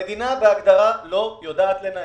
המדינה בהגדרה לא יודעת לנהל.